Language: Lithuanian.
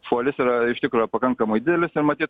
šuolis yra iš tikro yra pakankamai didelis na matyt